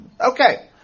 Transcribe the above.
okay